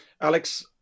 Alex